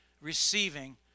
receiving